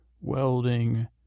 welding